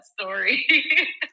story